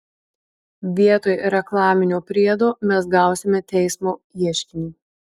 vietoj reklaminio priedo mes gausime teismo ieškinį